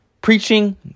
Preaching